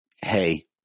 hey